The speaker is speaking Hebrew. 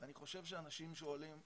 אני חושב שאנשים עולים פה,